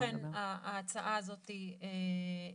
לכן ההצעה הזאת היא נדרשת.